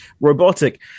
robotic